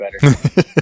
better